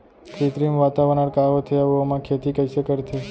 कृत्रिम वातावरण का होथे, अऊ ओमा खेती कइसे करथे?